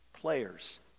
players